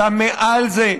אתה מעל זה.